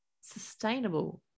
sustainable